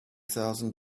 thousand